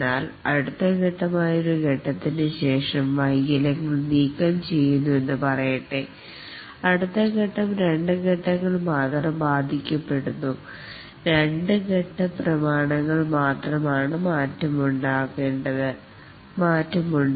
എന്നാൽ ഒരു ഫേസ് തിനുശേഷം അടുത്ത ഫേസിൽ വൈകല്യങ്ങൾ നീക്കം ചെയ്യുന്നു എന്ന് പറയട്ടെ രണ്ട് ഫേസ് ങ്ങൾ മാത്രം ബാധിക്കപ്പെടുന്നു 2 ഫേസ് പ്രമാണങ്ങൾ മാത്രം മാറ്റേണ്ടതുണ്ട്